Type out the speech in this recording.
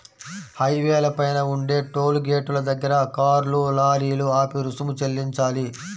హైవేల పైన ఉండే టోలు గేటుల దగ్గర కార్లు, లారీలు ఆపి రుసుము చెల్లించాలి